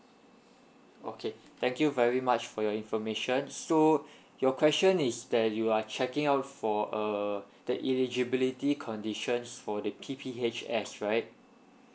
okay thank you very much for your information so your question is that you are checking out for uh the eligibility conditions for the P_P_H_S right